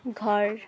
घर